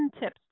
tips